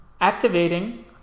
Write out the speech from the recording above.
activating